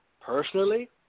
Personally